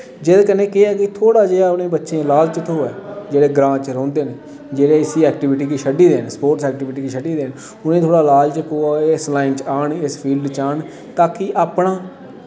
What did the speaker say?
जेह्दे कन्नै केह् ऐ कि उ'नें बच्चें गी थोह्ड़ा लालच थ्होऐ जेह्ड़े ग्रांऽ च रौंह्दे न जेह्ड़े इसी ऐक्टिविटी गी छड्डी दे न स्पोर्टस ऐक्टिविटी गी छड्डी दे न उ'नेंगी थोह्ड़ा लालच पवै इस लाईन च औन इस फिल्ड च औन ताकि अपना